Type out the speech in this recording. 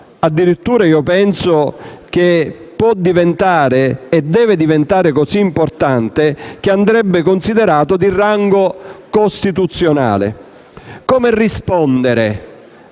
Addirittura penso possa diventare - e deve diventarlo - così importante da essere considerato di rango costituzionale. Come rispondere,